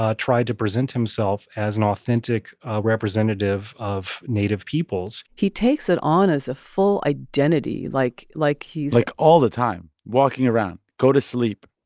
ah tried to present himself as an authentic representative of native peoples he takes it on as a full identity. like like, he's. like, all the time walking around, go to sleep,